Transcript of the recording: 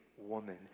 woman